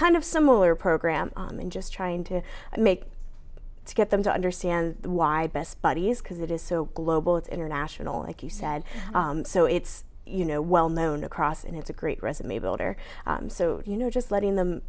kind of similar program and just trying to make it to get them to understand why best buddies because it is so global it's international like you said so it's you know well known across and it's a great resume builder so you know just letting them